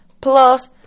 plus